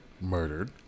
murdered